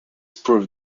proved